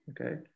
Okay